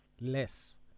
less